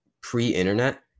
pre-internet